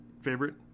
favorite